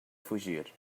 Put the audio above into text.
fugir